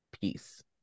peace